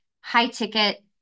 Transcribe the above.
high-ticket